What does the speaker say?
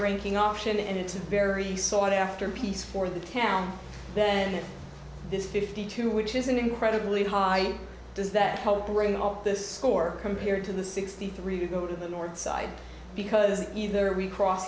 ranking option and it's a very sought after piece for the town then this fifty two which is an incredibly high does that help bring all this core compared to the sixty three to go to the north side because there we cross